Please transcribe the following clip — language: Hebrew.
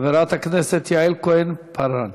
חברת הכנסת יעל כהן-פארן,